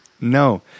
No